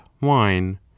wine